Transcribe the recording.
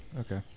Okay